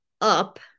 up